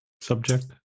subject